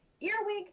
earwig